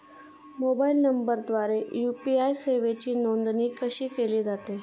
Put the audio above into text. Mobile नंबरद्वारे UPI सेवेची नोंदणी कशी केली जाते?